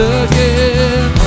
again